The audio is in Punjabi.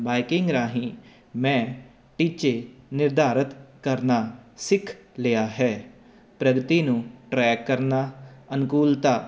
ਬਾਈਕਿੰਗ ਰਾਹੀਂ ਮੈਂ ਟੀਚੇ ਨਿਰਧਾਰਤ ਕਰਨਾ ਸਿੱਖ ਲਿਆ ਹੈ ਪ੍ਰਗਤੀ ਨੂੰ ਟਰੈਕ ਕਰਨਾ ਅਨੁਕੂਲਤਾ